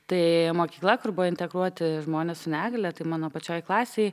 tai mokykla kur buvo integruoti žmones su negalia tai mano pačioj klasėj